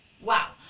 Wow